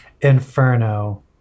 Inferno